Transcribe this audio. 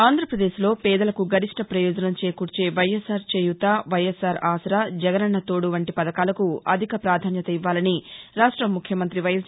ఆంధ్రప్రదేశ్లో పేదలకు గరిష్ణ ప్రయోజనం చేకూర్చే వైఎస్ఆర్ చేయూత వైఎస్ఆర్ ఆసరా జగనన్నతోడు వంటి పథకాలకు అధిక ప్రాధాన్యత ఇవ్వాలని రాష్ట ముఖ్యమంత్రి వైఎస్